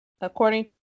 According